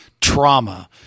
trauma